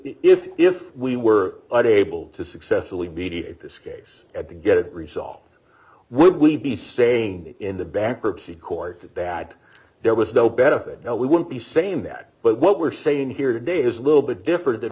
that if we were able to successfully mediate this case at the get it resolved would we be sane in the bankruptcy court that there was no benefit now we won't be same that but what we're saying here today is a little bit different than